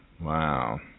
wow